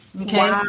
Okay